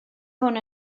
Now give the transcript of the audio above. hwn